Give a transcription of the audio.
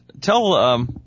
Tell